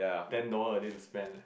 ten dollar a day to spend ah